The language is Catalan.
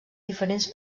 diferents